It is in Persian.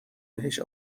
بهش